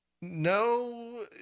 no